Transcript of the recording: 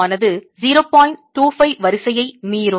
25 வரிசையை மீறும்